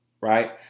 right